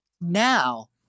now